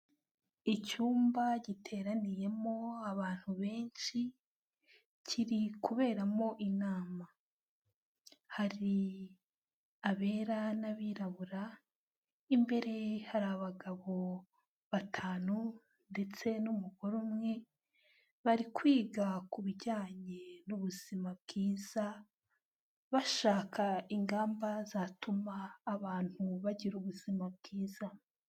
Icyumba giteraniyemo abantu benshi kiri kuberamo inama, hari abera n'abirabura, imbere hari abagabo batanu ndetse n'umugore umwe, bari kwiga ku bijyanye n'ubuzima bwiza bashaka ingamba zatuma abantu bagira ubuzima bwiza.